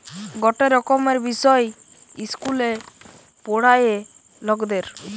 গটে রকমের বিষয় ইস্কুলে পোড়ায়ে লকদের